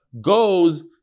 goes